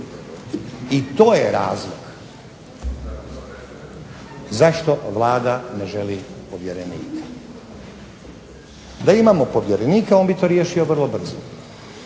I to je razlog zašto Vlada ne želi povjerenika. Da imamo povjerenika, on bi to riješio vrlo brzo.